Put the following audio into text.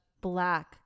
black